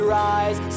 rise